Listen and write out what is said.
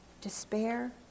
despair